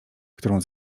którą